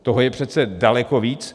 Toho je přece daleko víc.